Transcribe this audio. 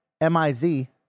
M-I-Z